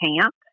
camp